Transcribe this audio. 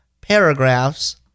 paragraphs